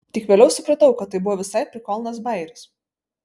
tik vėliau supratau kad tai buvo visai prikolnas bajeris